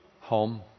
home